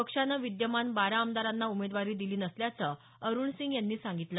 पक्षानं विद्यमान बारा आमदारांना उमेदवारी दिली नसल्याचं अरुण सिंग यांनी सांगितलं